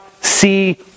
see